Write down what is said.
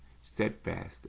steadfast